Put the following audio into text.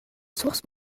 sources